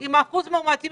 עם 8.3% אחוז מאומתים